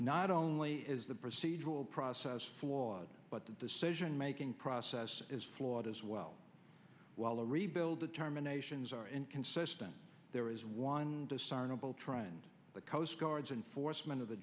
not only is the procedural process flawed but the decision making process is flawed as well while the rebuild the terminations are inconsistent there is one discernible trend but coastguards enforcement of the